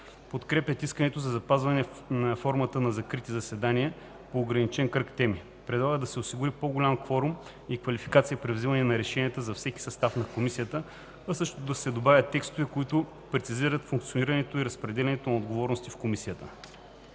Подкрепят искането да се запази формата на закрити заседания по ограничен кръг от теми. Предлагат да се осигури по-голям кворум и квалификация при взимане на решения за всеки състав на Комисията, а също и да се добавят текстове, които прецизират функционирането и разпределението на отговорностите в Комисията,